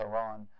Iran